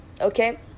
Okay